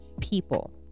people